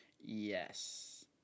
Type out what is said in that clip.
Yes